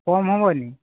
କମ୍ ହେବନି